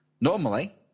Normally